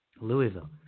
louisville